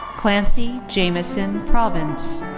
clancy jamison provence.